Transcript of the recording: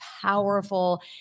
powerful